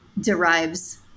derives